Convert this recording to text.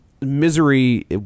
misery